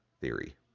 theory